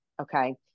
Okay